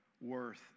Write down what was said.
worth